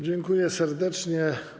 Dziękuję serdecznie.